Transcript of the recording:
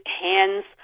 hands